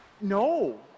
no